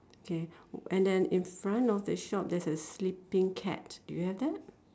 K and then in front of the shop there's a sleeping cat do you have that